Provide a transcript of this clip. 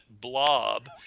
blob